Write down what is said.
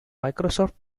microsoft